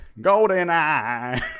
GoldenEye